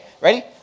ready